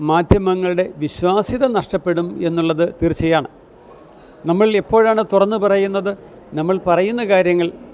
മാധ്യമങ്ങളുടെ വിശ്വാസ്യത നഷ്ടപ്പെടും എന്നുള്ളത് തീർച്ചയാണ് നമ്മൾ എപ്പോഴാണ് തുറന്ന് പറയുന്നത് നമ്മൾ പറയുന്ന കാര്യങ്ങൾ